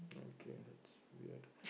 okay that's weird